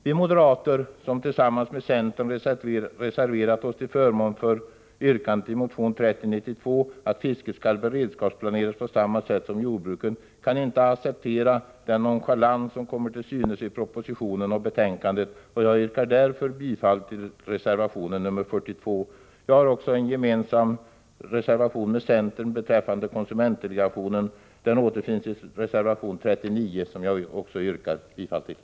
Vi moderater, som tillsammans med centern reserverat oss till förmån för yrkandet i motion 3092 att fisket skall beredskapsplaneras på samma sätt som jordbruket, kan inte acceptera den nonchalans som kommer till synes i propositionen och betänkandet, och jag yrkar därför bifall till reservation 42. Jag har också en reservation tillsammans med centern beträffande konsumentdelegationen, reservation 39, som jag också yrkar bifall till.